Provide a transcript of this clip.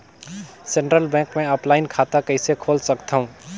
Central bank मे offline खाता कइसे खोल सकथव?